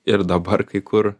ir dabar kai kur